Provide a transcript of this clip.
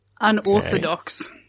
Unorthodox